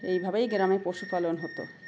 এইভাবেই গ্রামে পশুপালন হতো